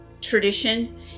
tradition